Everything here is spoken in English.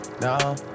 No